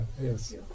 yes